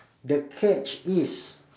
the catch is